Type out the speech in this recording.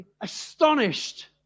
astonished